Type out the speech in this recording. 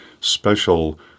special